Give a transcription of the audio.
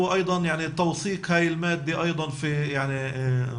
בעיקר שאני צריכה להתבטא בשפה שהיא לא שפת האם שלי ושל חנאן.